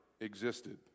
existed